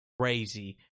crazy